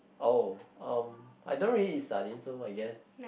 oh um I don't really eat sardine so I guess